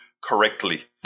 correctly